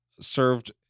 served